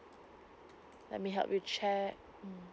let me help you check mm